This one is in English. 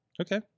okay